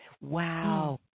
Wow